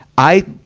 i,